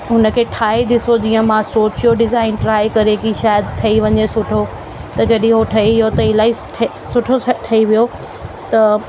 हुन खे ठाहे ॾिसो जीअं मां सोचियो डिज़ाइन ट्राए करे की शायदि ठही वञे सुठो त जॾहिं उहो ठही वियो त इलाही ठ सुठो ठही वियो त